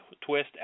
twist